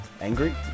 angry